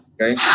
Okay